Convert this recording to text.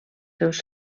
seus